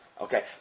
Okay